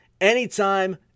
anytime